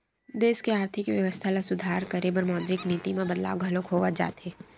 देस के आरथिक बेवस्था ल सुधार करे बर मौद्रिक नीति म बदलाव घलो होवत जाथे